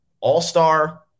all-star